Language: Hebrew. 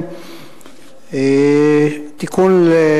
תודה.